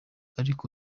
ariko